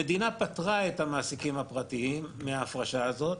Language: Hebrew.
המדינה פטרה את המעסיקים הפרטיים מההפרשה הזו.